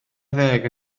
ddeg